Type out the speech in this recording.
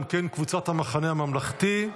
גם כן קבוצת המחנה הממלכתי.